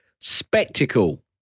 Spectacle